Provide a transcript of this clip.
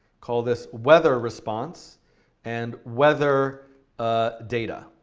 call this weather response and weather ah data.